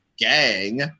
gang